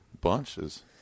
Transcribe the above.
Bunches